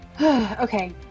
Okay